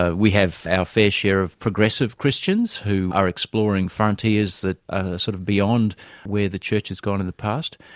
ah we have our fair share of progressive christians who are exploring frontiers that are sort of beyond where the church has gone in the past.